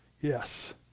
Yes